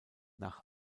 nach